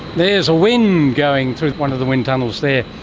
there's a wind going through one of the wind tunnels there.